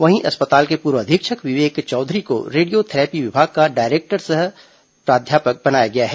वहीं अस्पताल के पूर्व अधीक्षक विवेक चौधरी को रेडियो थैरेपी विभाग का डायरेक्टर सह प्राध्यापक बनाया गया है